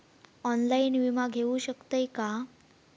Online विमा घेऊ शकतय का?